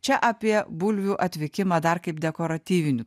čia apie bulvių atvykimą dar kaip dekoratyvinių